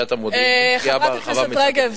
חברת הכנסת רגב,